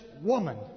woman